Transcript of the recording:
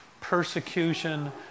persecution